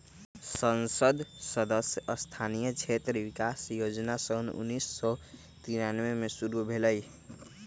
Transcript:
संसद सदस्य स्थानीय क्षेत्र विकास जोजना सन उन्नीस सौ तिरानमें में शुरु भेलई